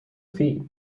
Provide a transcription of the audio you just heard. feet